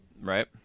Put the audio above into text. Right